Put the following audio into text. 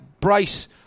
Bryce